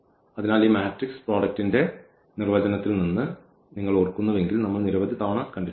അതിനാൽ ഈ മാട്രിക്സ് പ്രോഡക്റ്റ്ന്റെ ഈ നിർവചനത്തിൽ നിന്ന് നിങ്ങൾ ഓർക്കുന്നുവെങ്കിൽ നമ്മൾ നിരവധി തവണ കണ്ടിട്ടുണ്ട്